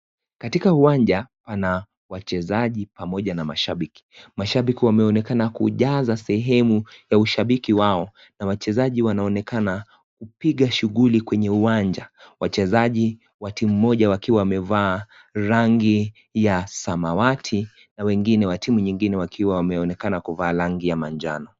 Katika uwanja pana wachezaji pamoja na mashabiki. Mashabiki wameaonekana kujaza sehemu ya ushabiki wao, na wachezaji wanaonekana kupiga shughuli kwenye uwanja. Wachezaji wa timu moja wakiwa wamevaa rangi ya samawati, na wengine wa timu nyingine wakiwa wameonekana kuvaa rangi ya majano.